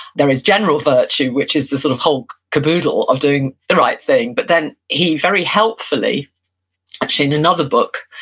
there is general virtue, which is the sort of whole caboodle of doing the right thing. but then he very helpfully actually, in another book,